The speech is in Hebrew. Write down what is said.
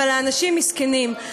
אבל האנשים מסכנים,